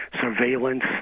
surveillance